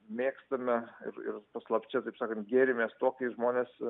mėgstame ir ir paslapčia taip sakant gėrimės tuo kai žmonės